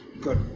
Good